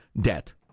debt